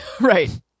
Right